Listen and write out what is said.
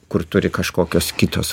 kur turi kažkokios kitos